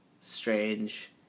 strange